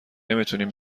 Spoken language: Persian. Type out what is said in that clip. نمیتونین